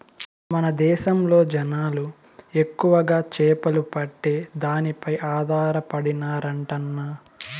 మన దేశంలో జనాలు ఎక్కువగా చేపలు పట్టే దానిపై ఆధారపడినారంటన్నా